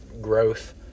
growth